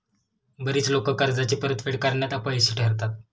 बरीच लोकं कर्जाची परतफेड करण्यात अपयशी ठरतात